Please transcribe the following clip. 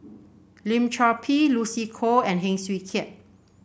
Lim Chor Pee Lucy Koh and Heng Swee Keat